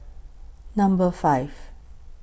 Number five